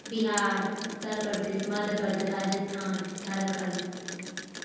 Bihar Uttar Pradesh Madhya Pradesh Rajasthan Jharkhand